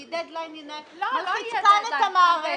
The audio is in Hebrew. כי deadline מלחיץ כאן את המערכת.